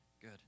good